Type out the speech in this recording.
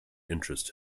interest